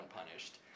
unpunished